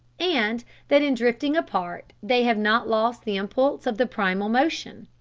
and that in drifting apart they have not lost the impulse of the primal motion.